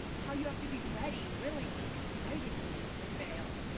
how you have to be ready, willing, excited even to fail.